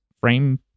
frame